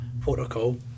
protocol